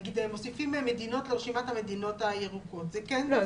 למשל מוסיפים מדינות לרשימת המדינות הירוקות זה כן מהותי.